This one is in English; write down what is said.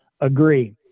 agree